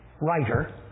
writer